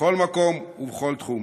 בכל מקום ובכל תחום.